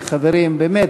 וחברים, באמת